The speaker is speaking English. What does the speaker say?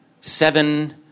seven